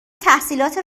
تحصیلات